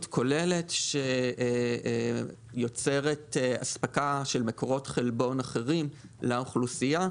כוללת שיוצרת אספקה של מקורות חלבון אחרים לאוכלוסייה,